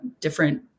different